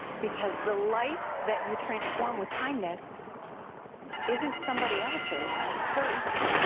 because the life that you transform with kindness isn't somebody else's, first,